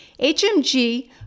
HMG